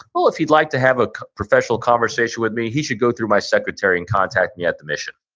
well, if you'd like to have a professional conversation with me he should go through my secretary and contact me at the mission.